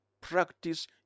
practice